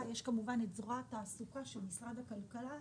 יש כמובן את זרוע התעסוקה של משרד הכלכלה,